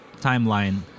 timeline